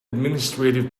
administrative